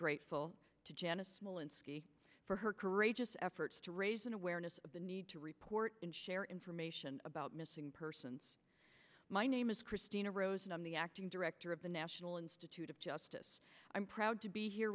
molinsky for her courageous efforts to raise an awareness of the need to report and share information about missing persons my name is christina rose and i'm the acting director of the national institute of justice i'm proud to be here